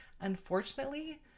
Unfortunately